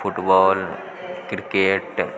football cricket